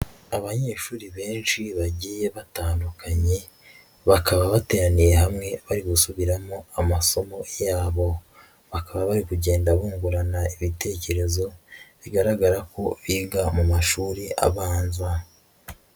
Abanyeshuri benshi bagiye batandukanye, bakaba bateraniye hamwe bari gusubiramo amasomo yabo, bakaba bari kugenda bungurana ibitekerezo bigaragara ko biga mu mashuri abanza.